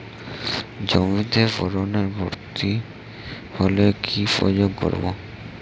জমিতে বোরনের ঘাটতি হলে কি প্রয়োগ করব?